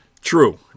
True